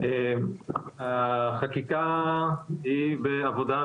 החקיקה היא בעבודה.